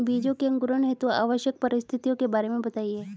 बीजों के अंकुरण हेतु आवश्यक परिस्थितियों के बारे में बताइए